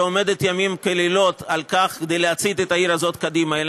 שעומדת על כך לילות כימים כדי להצעיד את העיר הזאת קדימה,